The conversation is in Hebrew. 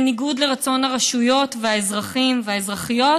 בניגוד לרצון הרשויות והאזרחים והאזרחיות,